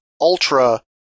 Ultra